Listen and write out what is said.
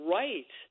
right